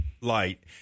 light